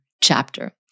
chapter